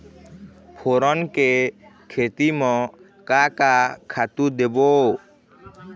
फोरन के खेती म का का खातू देबो?